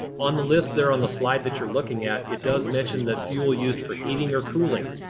on the list there on the slide that you're looking at it does mention that fuel used for heating or cooling.